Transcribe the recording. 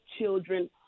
children